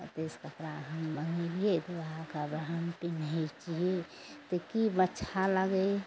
ओतयसँ कपड़ा हम मङ्गेलियै तऽ वएहके वएह हम पिन्हय छियै तऽ की अच्छा लागय